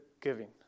giving